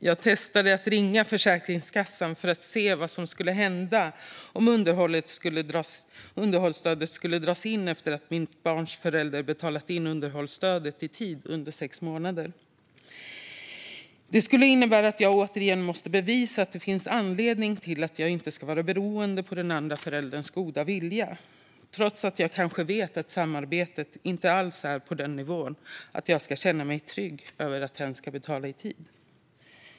Jag testade att ringa Försäkringskassan för att se vad som skulle hända om underhållsstödet skulle dras in efter att mitt barns andra förälder under sex månader har betalat in underhållsstödet i tid. Det skulle innebära att jag återigen måste bevisa att det finns en anledning att jag inte ska vara beroende av den andra förälderns goda vilja, trots att jag kanske vet att samarbetet inte alls är på den nivån att jag kan känna mig trygg med att hen ska betala i tid.